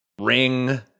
Ring